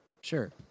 sure